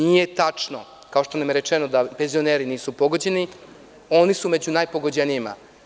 Nije tačno, kao što nam je rečeno, da penzioneri nisu pogođeni, oni su među najpogođenijima.